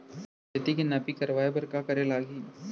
खेत के नापी करवाये बर का करे लागही?